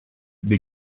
des